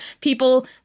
people